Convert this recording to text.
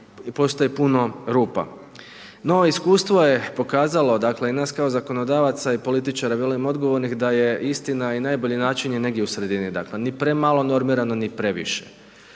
postoji puno rupa. No iskustvo je pokazalo, dakle i nas kao zakonodavaca i političara velim odgovornih da je istina i najbolji način je negdje u sredini, dakle ni premalo normirano ni previše,